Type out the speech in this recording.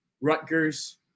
Rutgers